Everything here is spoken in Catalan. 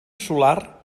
solar